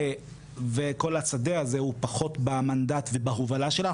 וכל השדה הזה הוא פחות במנדט ובהובלה שלנו.